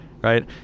right